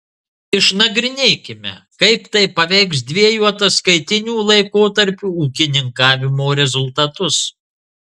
išnagrinėkime kaip tai paveiks dviejų ataskaitinių laikotarpių ūkininkavimo rezultatus